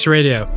Radio